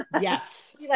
yes